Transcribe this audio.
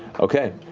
okay.